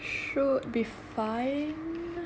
should be fine